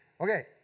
Okay